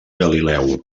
galileu